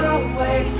away